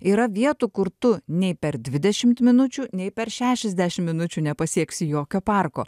yra vietų kur tu nei per dvidešimt minučių nei per šešiasdešim minučių nepasieksi jokio parko